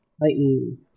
lightning